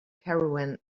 caravan